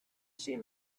seen